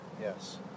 Yes